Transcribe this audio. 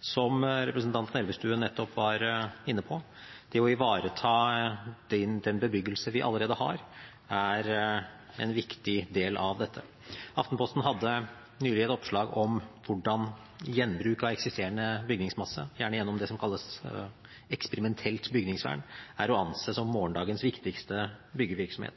Som representanten Elvestuen nettopp var inne på: Det å ivareta den bebyggelse vi allerede har, er en viktig del av dette. Aftenposten hadde nylig et oppslag om hvordan gjenbruk av eksisterende bygningsmasse, gjerne gjennom det som kalles eksperimentelt bygningsvern, er å anse som morgendagens viktigste byggevirksomhet.